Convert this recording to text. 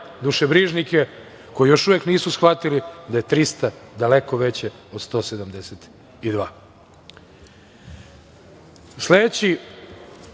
dušebrižnike koji još uvek nisu shvatili da je 300 daleko veće od 172.Sledeći